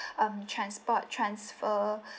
um transport transfer